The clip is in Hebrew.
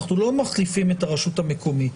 אנחנו לא מחליפים את הרשות המקומית,